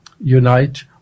unite